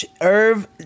Irv